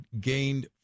gained